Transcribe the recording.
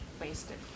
wasted